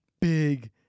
big